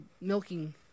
milking